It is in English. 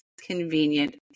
convenient